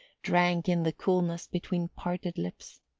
drank in the coolness between parted lips.